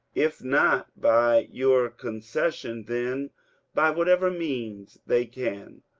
if not by your concession, then by whatever means they can,